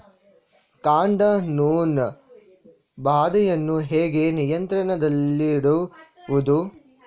ಕಾಂಡ ನೊಣ ಬಾಧೆಯನ್ನು ಹೇಗೆ ನಿಯಂತ್ರಣದಲ್ಲಿಡುವುದು?